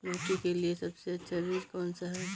लौकी के लिए सबसे अच्छा बीज कौन सा है?